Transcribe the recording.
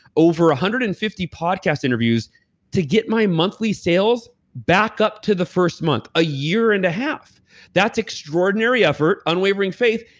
over one hundred and fifty podcast interviews to get my monthly sales back up to the first month. a year and a half that's extraordinary effort, unwavering faith.